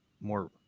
more